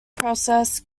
process